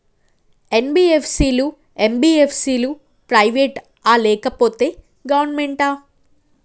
NBFC లు, MBFC లు private ఆ లేకపోతే గవర్నమెంటా?